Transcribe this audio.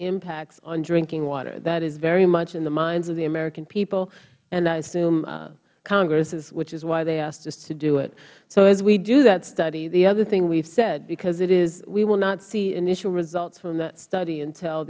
impacts on drinking water that is very much in the minds of the american people and i assume congress which is why they asked us to do it so as we do that study the other thing we have said because we will not see initial results from that study until